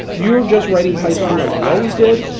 you're just writing python like you always did,